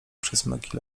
przesmyki